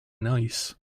nice